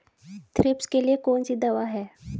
Thrips के लिए कौन सी दवा है?